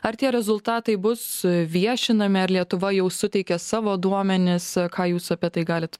ar tie rezultatai bus viešinami ar lietuva jau suteikė savo duomenis ką jūs apie tai galit